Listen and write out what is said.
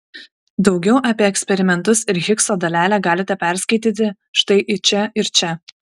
daugiau apie eksperimentus ir higso dalelę galite paskaityti štai čia ir čia